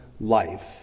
life